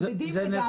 בודדים לגמרי.